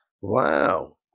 Wow